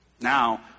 Now